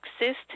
exist